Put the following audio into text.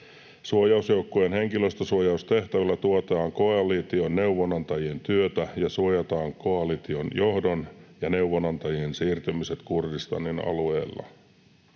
Suojausjoukkueen henkilöstösuojaustehtävillä tuetaan koalition neuvonantajien työtä ja suojataan koalition johdon ja neuvonantajien siirtymiset Kurdistanin alueella.